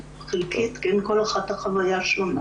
בין היתר גם על המקרים האלה.